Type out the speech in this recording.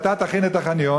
אתה תכין את החניון,